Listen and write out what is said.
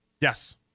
Yes